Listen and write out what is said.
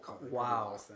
Wow